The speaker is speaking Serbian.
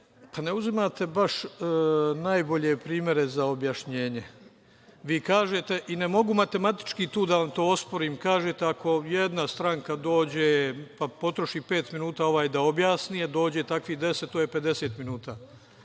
ne uzimate baš najbolje primere za objašnjenje. Vi kažete i ne mogu matematički tu da vam to osporim, kažete ako jedna stranka dođe pa potroši pet minuta da ovaj objasni, dođe takvih deset, to je 50 minuta.